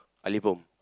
Ali Pom